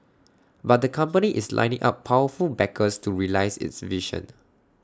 but the company is lining up powerful backers to realise its vision